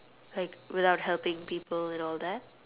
like without helping people and all that